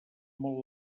molt